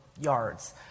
yards